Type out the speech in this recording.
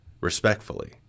respectfully